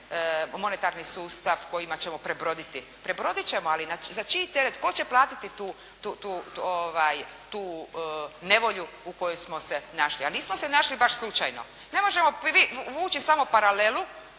monetarni sustav kojima ćemo prebroditi. Prebrodit ćemo, ali za čiji teret? Tko će platiti tu nevolju u kojoj smo se našli? A nismo se našli baš slučajno. Ne možemo vući samo paralelu,